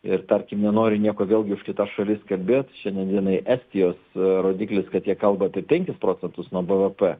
ir tarkim nenoriu nieko vėlgi už kitas šalis kalbėt šiandien dienai estijos rodiklis kad jie kalba apie penkis procentus nuo bvp